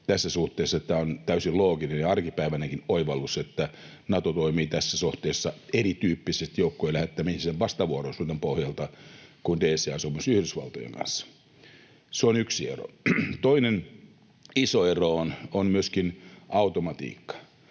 Tässä suhteessa tämä on täysin looginen ja arkipäiväinenkin oivallus, että Nato toimii tässä suhteessa erityyppisesti, joukkojen lähettäminen vastavuoroisuuden pohjalta, kuin DCA-sopimus Yhdysvaltojen kanssa. Se on yksi ero. Toinen iso ero on myöskin automatiikka.